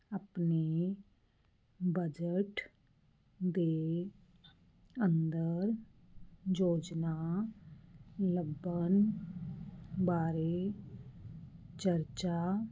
ਆਪਣੇ ਬਜਟ ਦੇ ਅੰਦਰ ਯੋਜਨਾ ਲੱਭਣ ਬਾਰੇ ਚਰਚਾ